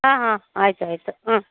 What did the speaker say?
ಹಾಂ ಹಾಂ ಆಯ್ತು ಆಯಿತು ಹಾಂ